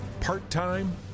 part-time